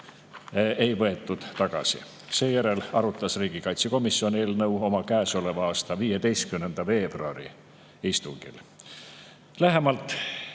ei võetud tagasi. Seejärel arutas riigikaitsekomisjon eelnõu oma käesoleva aasta 15. veebruari istungil. Lähemalt